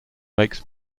makes